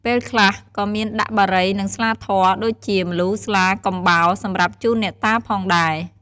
ពេលខ្លះក៏មានដាក់បារី និងស្លាធម៌ ដូចជា ម្លូ ស្លា កំបោរ សម្រាប់ជូនអ្នកតាផងដែរ។